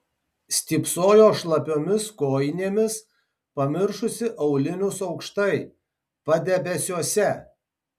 stypsojo šlapiomis kojinėmis pamiršusi aulinius aukštai padebesiuose